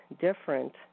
different